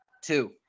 Two